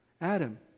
Adam